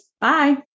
Bye